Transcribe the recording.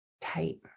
tight